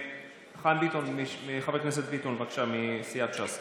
חבר הכנסת חיים ביטון מסיעת ש"ס,